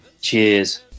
Cheers